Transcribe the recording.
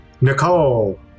Nicole